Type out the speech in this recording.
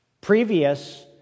previous